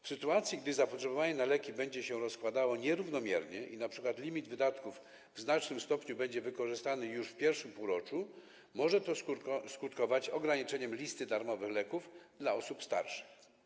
W sytuacji gdy zapotrzebowanie na leki będzie się rozkładało nierównomiernie i np. limit wydatków w znacznym stopniu będzie wykorzystany już w I półroczu, może to skutkować ograniczeniem listy darmowych leków dla osób starszych.